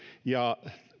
ja